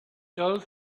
told